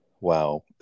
Wow